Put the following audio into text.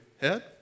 head